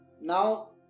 Now